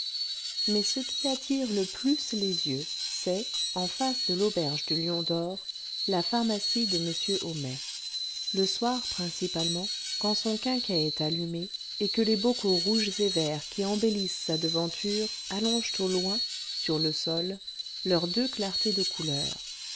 mais ce qui attire le plus les yeux c'est en face de l'auberge du lion d'or la pharmacie de m homais le soir principalement quand son quinquet est allumé et que les bocaux rouges et verts qui embellissent sa devanture allongent au loin sur le sol leurs deux clartés de couleur